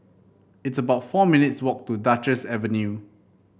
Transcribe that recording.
it's about four minutes' walk to Duchess Avenue